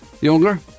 younger